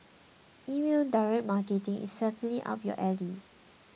email direct marketing is certainly up your alley